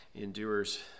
endures